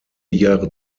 jahre